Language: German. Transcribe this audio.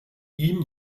ihm